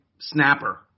snapper